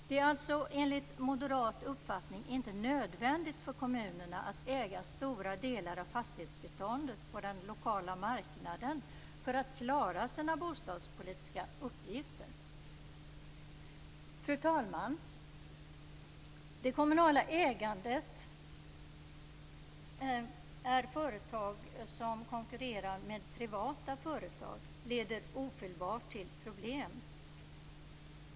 Det är alltså enligt moderat uppfattning inte nödvändigt för kommunerna att äga stora delar av fastighetsbeståndet på den lokala marknaden för att klara sina bostadspolitiska uppgifter. Fru talman! Det kommunala ägandet är företag som konkurrerar med privata företag, vilket ofelbart leder till problem.